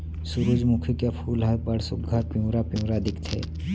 सुरूजमुखी के फूल ह बड़ सुग्घर पिंवरा पिंवरा दिखथे